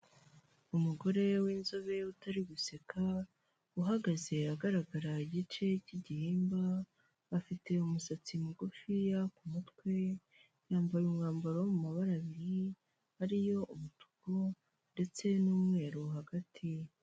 Umugore w'inzobe utari guseka uhagaze agaragara igice k'igihimba afite umusatsi mugufi ya ku mutwe, yambaye umwambaro mu mabara abiri ari yo umutuku ndetse n'umweru hagati.